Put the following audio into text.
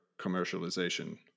commercialization